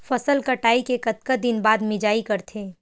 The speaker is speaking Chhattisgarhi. फसल कटाई के कतका दिन बाद मिजाई करथे?